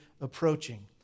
approaching